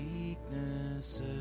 weaknesses